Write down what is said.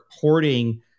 hoarding